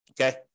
okay